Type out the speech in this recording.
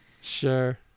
Sure